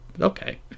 Okay